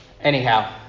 anyhow